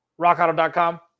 rockauto.com